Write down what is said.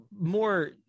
more